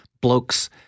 blokes